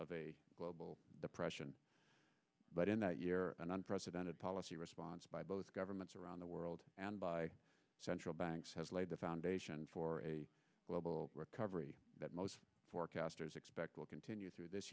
of a global depression but in that year an unprecedented policy response by both governments around the world and by central banks has laid the foundation for a global recovery that most forecasters expect will continue through this